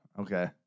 Okay